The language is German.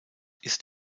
ist